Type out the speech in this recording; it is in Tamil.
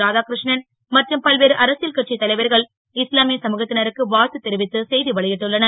ராதாகிரு ணன் மற்றும் பல்வேறு அரசியல் கட்சித் தலைவர்கள் இஸ்லாமிய சமூகத் னருக்கு வா த்து தெரிவித்து செ வெளி ட்டுள்ளனர்